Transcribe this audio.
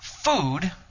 Food